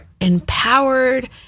empowered